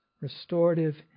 restorative